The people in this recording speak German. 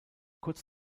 kurz